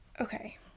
Okay